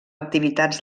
activitats